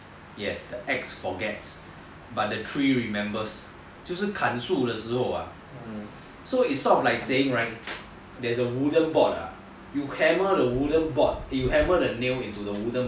yes the axe forgets but the tree remembers 就是砍树的时候 ah so it's not like saying there's a wooden board ah you hammer the wooden board you hammer the nail into the wood